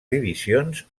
divisions